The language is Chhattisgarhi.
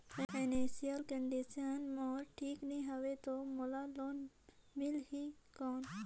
फाइनेंशियल कंडिशन मोर ठीक नी हवे तो मोला लोन मिल ही कौन??